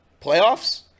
Playoffs